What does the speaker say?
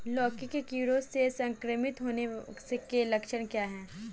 लौकी के कीड़ों से संक्रमित होने के लक्षण क्या हैं?